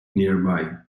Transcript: nearby